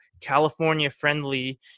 California-friendly